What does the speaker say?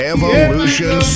Evolution